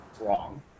Wrong